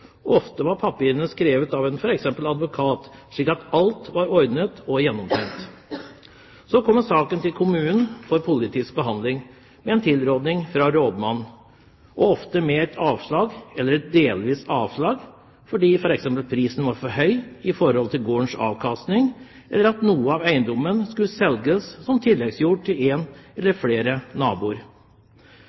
Ofte var papirene skrevet av f.eks. en advokat, slik at alt var ordnet og gjennomtenkt. Så kom saken til kommunen for politisk behandling med en tilrådning fra rådmannen og ofte med et avslag, eller et delvis avslag, fordi f.eks. prisen var for høy i forhold til gårdens avkastning eller at noe av eiendommen skulle selges som tilleggsjord til en eller flere naboer.